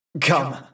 Come